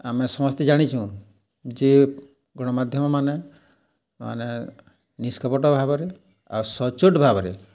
ଆମେ ସମସ୍ତେ ଜାଣିଚୁଁ ଯେ ଗଣମାଧ୍ୟମମାନେ ମାନେ ନିଷ୍କପଟ ଭାବରେ ଆଉ ସଚୋଟ୍ ଭାବରେ